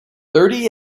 thirty